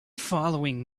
following